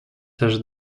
też